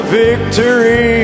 victory